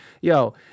Yo